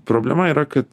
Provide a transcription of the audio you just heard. problema yra kad